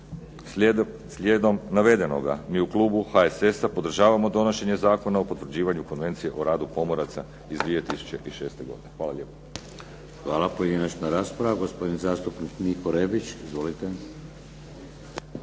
Slijedom navedenoga mi u klubu HSS-a podržavamo donošenje Zakona o potvrđivanju Konvencije o radu pomoraca iz 2006. godine. Hvala lijepo. **Šeks, Vladimir (HDZ)** Hvala. Pojedinačna rasprava. Gospodin zastupnik Niko Rebić. Izvolite.